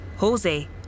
Jose